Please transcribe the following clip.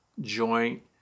joint